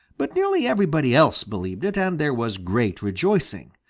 but nearly everybody else believed it, and there was great rejoicing.